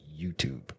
YouTube